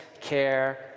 care